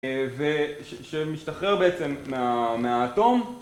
ושמשתחרר בעצם מהאטום